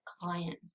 clients